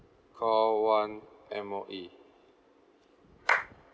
call one M_O_E